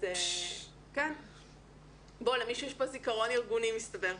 אז למישהו יש פה זיכרון ארגוני, מסתבר.